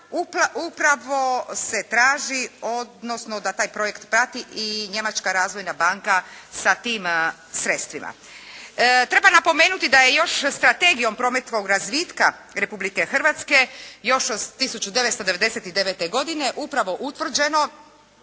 upravo se traži odnosno da taj projekt prati i Njemačka razvojna banka sa tim sredstvima. Treba napomenuti da je još strategijom prometnog razvitka Republike Hrvatske još od 1999. godine utvrđen